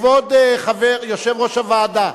כבוד יושב-ראש הוועדה,